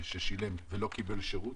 ששילם ולא קיבל שירות.